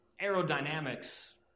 aerodynamics